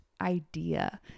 idea